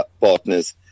partner's